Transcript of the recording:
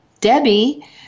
Debbie